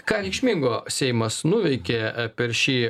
ką reikšmingo seimas nuveikė per šį